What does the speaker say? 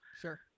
Sure